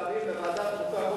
אני מבקש להעביר לוועדת החוקה,